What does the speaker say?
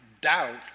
doubt